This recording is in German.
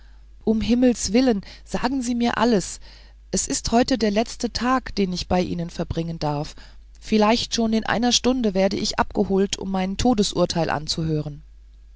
um himmels willen sagen sie mir alles es ist heute der letzte tag den ich bei ihnen verbringen darf vielleicht schon in einer stunde werde ich abgeholt um mein todesurteil anzuhören